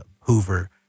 Hoover